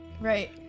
Right